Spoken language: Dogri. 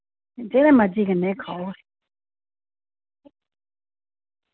जेह्दे मर्जी कन्नै खाओ